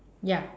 ya